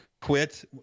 quit